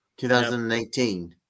2018